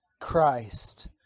Christ